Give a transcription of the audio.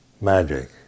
magic